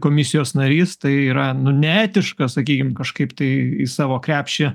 komisijos narys tai yra nu neetiška sakykime kažkaip tai į savo krepšį